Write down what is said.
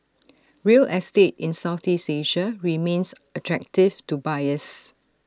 real estate in Southeast Asia remains attractive to buyers